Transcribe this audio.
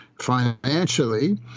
financially